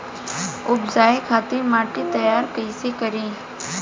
उपजाये खातिर माटी तैयारी कइसे करी?